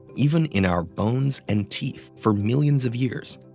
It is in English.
even in our bones and teeth for millions of years.